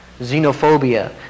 xenophobia